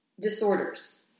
disorders